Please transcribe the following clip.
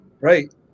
Right